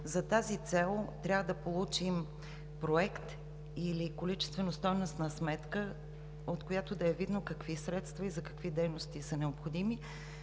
За тази цел трябва да получим проект или количествено-стойностна сметка, от която е видно какви средства и за какви дейности са необходими,